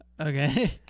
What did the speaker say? Okay